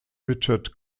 richard